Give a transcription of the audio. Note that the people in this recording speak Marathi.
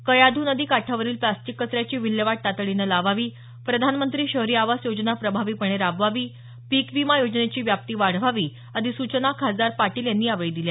कयाधू नदी काठावरील फ्लॅस्टिक कचऱ्याची विल्हेवाट तातडीने लावावी प्रधानमंत्री शहरी आवास योजना प्रभावीपणे राबवावी पिक विमा योजनेची व्याप्ती वाढवावी आदी सूचना यावेळी खासदार पाटील यांनी केल्या